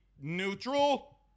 neutral